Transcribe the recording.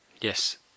yes